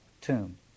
tomb